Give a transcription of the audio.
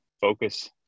focus